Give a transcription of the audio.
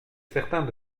certains